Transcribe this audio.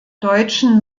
deutschen